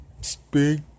Speak